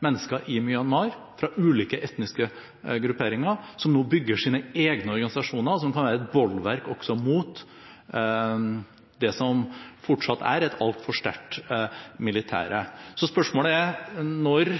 mennesker i Myanmar fra ulike etniske grupperinger, som nå bygger sine egne organisasjoner, og som kan være et bolverk også mot det som fortsatt er et altfor sterkt militær. Så til spørsmålet – når